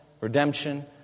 redemption